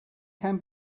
can